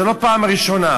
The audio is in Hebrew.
זה לא פעם ראשונה,